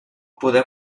poder